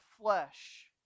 flesh